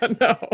no